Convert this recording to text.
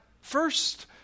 first